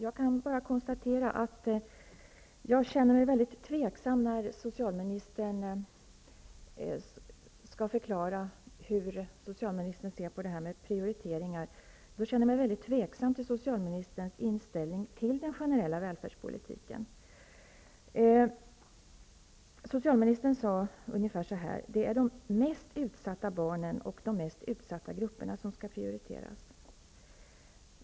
Herr talman! Jag känner mig mycket tveksam när socialministern skall förklara hur socialministern ser på detta med prioriteringar. Jag känner mig tveksam till socialministerns inställning till den generella välfärdspolitiken. Socialministern sade ungefär så här: Det är de mest utsatta barnen och de mest utsatta grupperna som skall prioriteras.